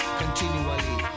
continually